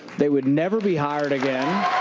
they would never be hired again.